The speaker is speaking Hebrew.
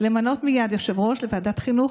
הורדת ציוני הבגרויות שהתקיימו תחת משבר הקורונה